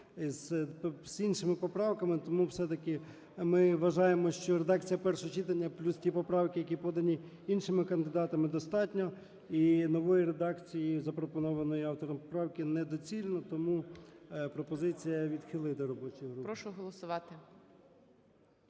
з іншими поправками, тому, все-таки, ми вважаємо, що редакція першого читання, плюс ті поправки, які подані іншими кандидатами, достатньо, і нової редакції, запропонованої автором поправки недоцільно, тому пропозиція відхилити робочої групи. ГОЛОВУЮЧИЙ. Прошу проголосувати.